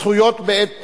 (זכויות בעת פירוד),